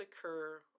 occur